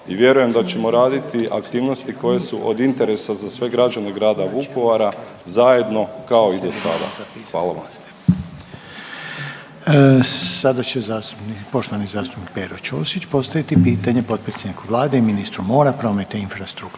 i vjerujem da ćemo raditi aktivnosti koje su od interesa za sve građane grada Vukovara zajedno kao i do sada. Hvala vam. **Reiner, Željko (HDZ)** Sada će poštovani zastupnik Pero Ćosić postaviti pitanje potpredsjedniku Vlade i ministru mora, prometa i infrastrukture